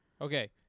Okay